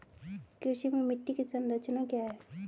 कृषि में मिट्टी की संरचना क्या है?